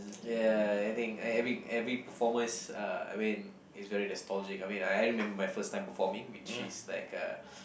yeah I think every every performance uh I mean is very nostalgic I mean I remember my first time performing which is like uh